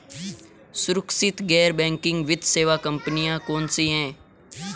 सुरक्षित गैर बैंकिंग वित्त सेवा कंपनियां कौनसी हैं?